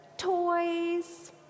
Toys